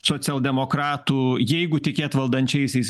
socialdemokratų jeigu tikėti valdančiaisiais